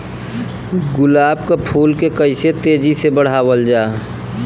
गुलाब क फूल के कइसे तेजी से बढ़ावल जा?